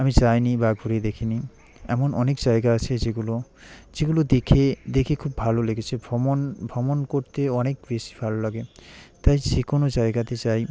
আমি যাই নি বা ঘুরে দেখি নি এমন অনেক জায়গা আছে যেগুলো যেগুলো দেখে দেখে খুব ভালো লেগেছে ভ্রমণ করতে অনেক বেশ ভালো লাগে তাই যে কোনো জায়গাতে যাই